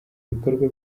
ibikorwa